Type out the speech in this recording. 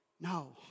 No